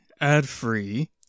ad-free